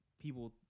people